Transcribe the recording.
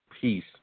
peace